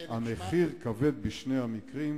המחיר כבד בשני המקרים.